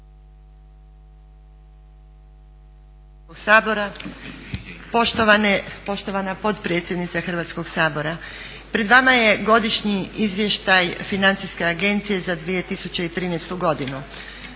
Hrvatskog sabora, poštovana potpredsjednice Hrvatskog sabora. Pred vama je Godišnje izvještaj Financijske agencije za 2013.godinu.